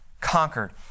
conquered